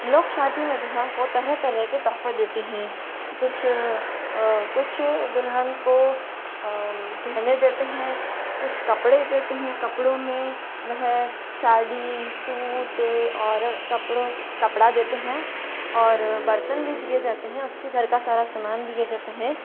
लोग शादी में दुल्हन को तरह तरह के तोहफे देते हैं कुछ कुछ दुल्हन को गहने देते हैं कुछ कपड़े देते हैं कपड़ों में वह साड़ी सूट और कपड़ों कपड़ा देते हैं और बर्तन भी दिए जाते हैं उसके घर का सारा समान दिये जाता है